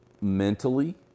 mentally